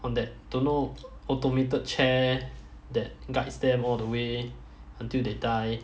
on that don't know automated chair that guides them all the way until they die